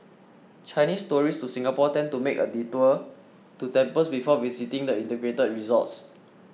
Chinese tourists to Singapore tend to make a detour to temples before visiting the integrated resorts